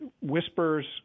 whispers